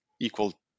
equal